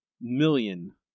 million